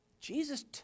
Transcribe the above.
Jesus